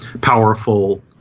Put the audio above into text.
powerful